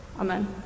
Amen